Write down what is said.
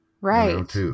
Right